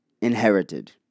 inherited